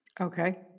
Okay